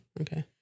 Okay